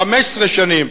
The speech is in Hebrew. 15 שנים,